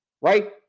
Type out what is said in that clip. right